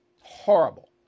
horrible